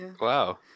Wow